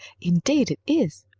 indeed it is,